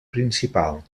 principal